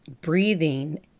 breathing